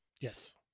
Yes